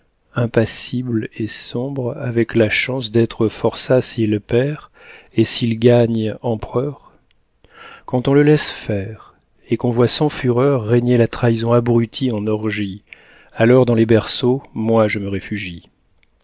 impassible et sombre avec la chance d'être forçat s'il perd et s'il gagne empereur quand on le laisse faire et qu'on voit sans fureur régner la trahison abrutie en orgie alors dans les berceaux moi je me réfugie